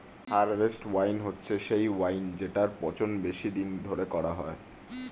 harvest wine হচ্ছে সেই wine জেটার পচন বেশি দিন ধরে করা হয়